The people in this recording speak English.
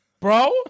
Bro